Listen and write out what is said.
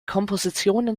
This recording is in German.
kompositionen